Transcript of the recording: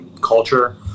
culture